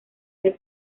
del